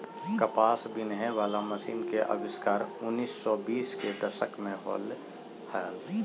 कपास बिनहे वला मशीन के आविष्कार उन्नीस सौ बीस के दशक में होलय हल